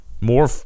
more